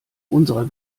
unserer